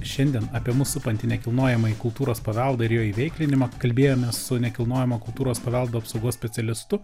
šiandien apie mus supantį nekilnojamąjį kultūros paveldą ir jo įveiklinimą kalbėjomės su nekilnojamo kultūros paveldo apsaugos specialistu